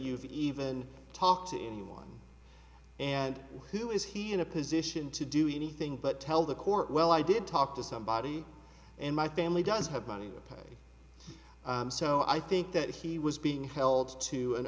you've even talked to anyone and who is he in a position to do anything but tell the court well i did talk to somebody and my family does have money to pay so i think that he was being held to an